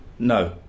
No